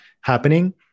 happening